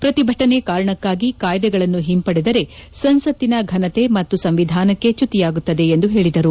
ಪ್ರತಿಭಟನೆ ಕಾರಣಕ್ಕಾಗಿ ಕಾಯ್ದೆಗಳನ್ನು ಹಿಂಪಡೆದರೆ ಸಂಸತ್ತಿನ ಫನತೆ ಮತ್ತು ಸಂವಿಧಾನಕ್ಕೆ ಚ್ಯುತಿಯಾಗುತ್ತದೆ ಎಂದು ಹೇಳಿದರು